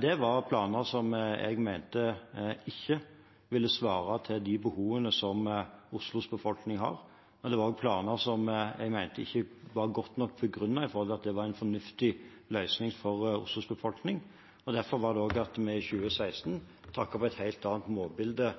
Det var planer som jeg mente ikke ville svare på de behovene som Oslos befolkning har. Det var også planer som jeg mente ikke var godt nok begrunnet, med tanke på at det skulle være en fornuftig løsning for Oslos befolkning. Det var også derfor vi i 2016 trakk opp et helt annet målbilde